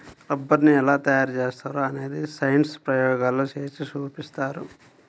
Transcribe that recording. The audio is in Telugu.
రబ్బరుని ఎలా తయారు చేస్తారో అనేది సైన్స్ ప్రయోగాల్లో చేసి చూపిస్తారు